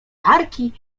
barki